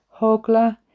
Hogla